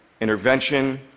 intervention